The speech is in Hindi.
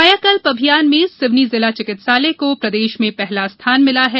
कायाकल्प अभियान में सिवनी जिला चिकित्सालय को प्रदेश में पहला स्थान मिला है